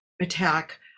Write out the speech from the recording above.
attack